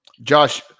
Josh